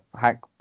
hack